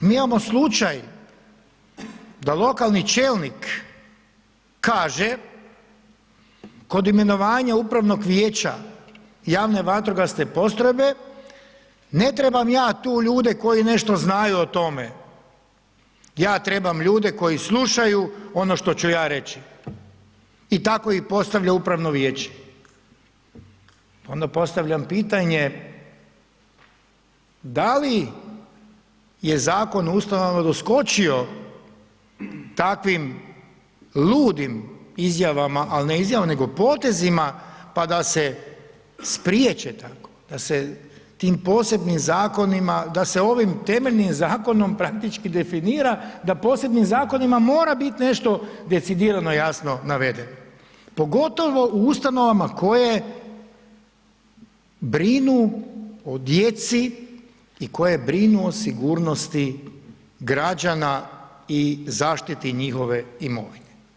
Mi imamo slučaj da lokalni čelnik kaže kod imenovanja upravnog vijeća JVP ne trebam ja tu ljude koji nešto znaju o tome, ja trebam ljude koji slušaju ono što ću ja reći i tako ih postavlja upravno vijeće, pa onda postavljam pitanje da li je Zakon o ustanovama doskočio takvim ludim izjavama, al ne izjavama nego potezima, pa da se spriječe tako, da se tim posebnim zakonima, da se ovim temeljnim zakonom praktički definira da posebnim zakonima mora bit nešto decidirano jasno navedeno, pogotovo u ustanovama koje brinu o djeci i koje brinu o sigurnosti građana i zaštiti njihove imovine.